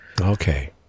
Okay